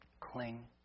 Cling